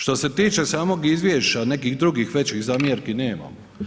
Što se tiče samog izvješća, nekih drugih većih zamjerki nemamo.